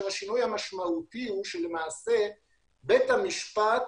השינוי המשמעותי הוא שבית המשפט,